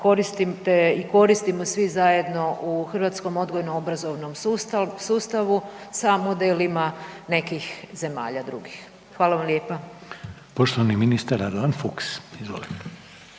koristimo svi zajedno u hrvatskom odgojno obrazovnom sustavu sa modelima nekih zemalja drugih. Hvala vam lijepa. **Reiner, Željko (HDZ)** Poštovani ministar Radovan Fuchs. Izvolite.